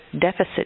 deficit